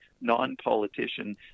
non-politician